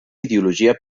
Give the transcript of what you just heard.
ideologia